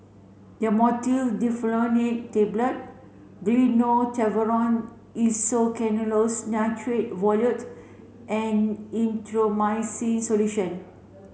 Dhamotil Diphenoxylate Tablets Gyno Travogen Isoconazoles Nitrate Ovule and Erythroymycin Solution